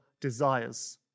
desires